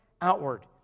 outward